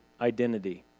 identity